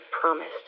promised